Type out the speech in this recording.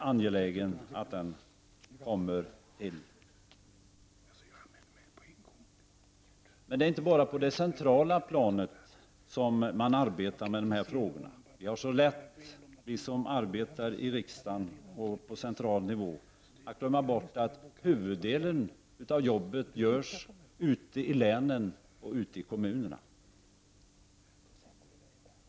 Men det är inte bara på det centrala planet som man arbetar med de här frågorna. Vi har så lätt, vi som arbetar i riksdagen och på central nivå, att glömma bort att huvuddelen av jobbet görs ute i länen och ute i kommunerna.